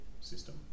system